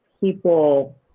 people